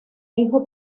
hijo